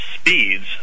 Speeds